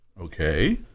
okay